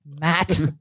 Matt